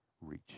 reach